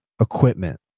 equipment